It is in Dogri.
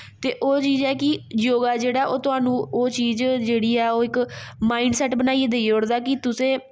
ते ओह् चीज ऐ कि योगा जेह्ड़ा ओह् थुआनूं ओह् चीज जेह्ड़ी ऐ ओह् इक माइंड सेट बनाइयै देई ओड़दा कि तुसें